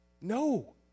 No